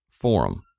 forum